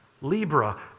Libra